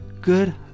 good